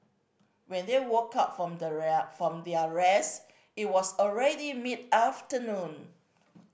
when they woke up from the where from their rest it was already mid afternoon